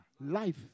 Life